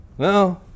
No